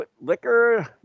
liquor